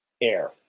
air